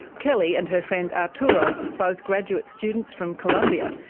kelly and her friend arturo, both graduate students from colombia,